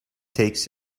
takes